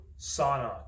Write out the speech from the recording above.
Sauna